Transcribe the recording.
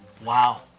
Wow